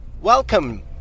Welcome